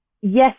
yes